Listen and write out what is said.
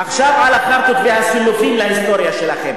עכשיו על החארטות והסילופים להיסטוריה שלכם.